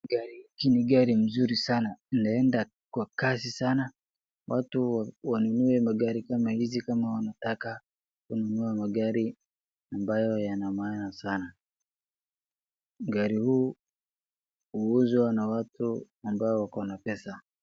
Gari hiki ni gari mzuri sana laenda kwa kasi sana. Watu wanunue magari kama hizi kama wanataka kununua magari ambayo yana maana sana. Gari huu huuzwa na watu ambao wako na pesa.